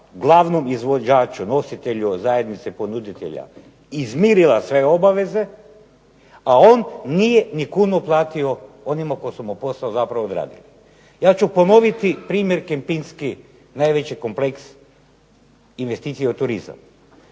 glavnom izvođaču nositelju zajednice ponuditelja izmirila sve obaveze a on nije ni kunu platio onima koji su mu posao zapravo odradili. Ja ću ponoviti primjer Kempinski najveći kompleks investicije u turizam,